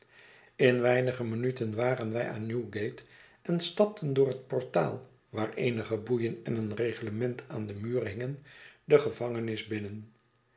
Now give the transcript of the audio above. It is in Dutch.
in weinige minuten waren wij aan newgate en stapten door het portaal waar eenige boeien en een reglement aan den muur hingen de gevangenis binnen